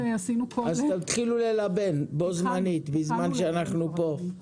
תתחילו ללבן בו זמנית, בזמן שאנחנו יושבים כאן.